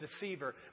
deceiver